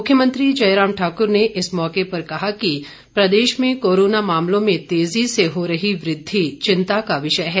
मुख्यमंत्री जयराम ठाक्र ने इस मौके पर कहा कि प्रदेश में कोरोना मामलों में तेजी से हो रही वृद्धि चिंता का विषय है